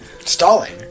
Stalling